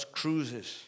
cruises